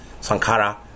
sankara